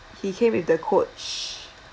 he came with the coach